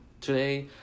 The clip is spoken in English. today